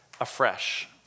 afresh